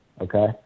okay